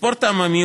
בספורט העממי